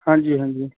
ਹਾਂਜੀ ਹਾਂਜੀ